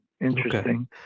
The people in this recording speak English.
interesting